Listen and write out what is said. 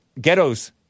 ghettos